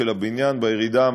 של הבניין בירידה,